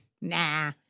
Nah